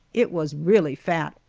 it was really fat,